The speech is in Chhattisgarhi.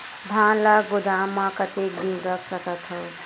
धान ल गोदाम म कतेक दिन रख सकथव?